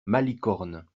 malicorne